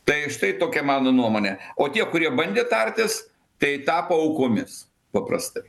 tai štai tokia mano nuomonė o tie kurie bandė tartis tai tapo aukomis paprastai